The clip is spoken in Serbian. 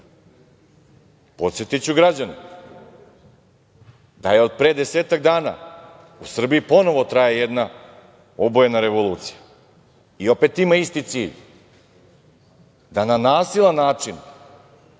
interes. Podsetiću građane da od pre desetak dana da u Srbiji opet traje jedna obojena revolucija i opet ima isti cilj da na nasilan način